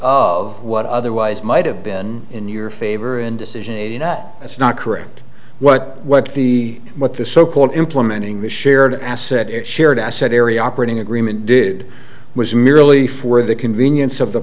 of what otherwise might have been in your favor and decision made you know that's not correct what what the what the so called implementing the shared asset and shared asset area operating a green and did was merely for the convenience of the